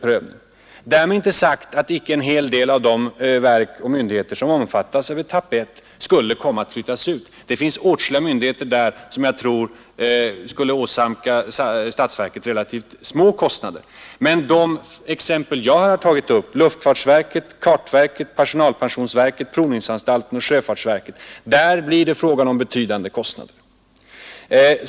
Därmed är inte sagt att alla de verk och myndigheter som omfattas av etapp I inte skulle komma att flyttas ut. Atskilliga utflyttningar tror jag skulle åsamka statsverket små kostnader. Men för de verk som jag här har tagit upp, alltså luftfartsverket, kartverket, personalpensionsverket, provningsanstalten och sjöfartsverket, blir det fråga om högst betydande kostnader.